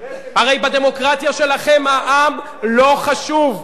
הרי בדמוקרטיה שלכם העם לא חשוב,